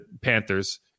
Panthers